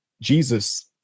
Jesus